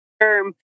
term